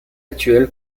actuelle